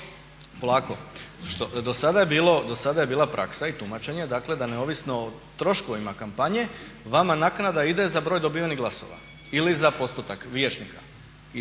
Polako. Do sada je bila praksa i tumačenje dakle da neovisno o troškovima kampanje vama naknada ide za broj dobivenih glasova ili za postotak vijećnika